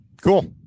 Cool